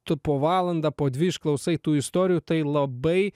tu po valandą po dvi išklausai tų istorijų tai labai